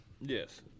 Yes